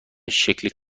شکل